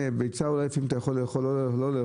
ביצה אולי לפעמים אתה יכול לאכול או לא לאכול,